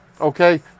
Okay